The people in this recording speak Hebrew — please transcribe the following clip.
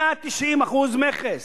190% מכס.